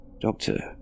Doctor